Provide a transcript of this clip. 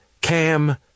Cam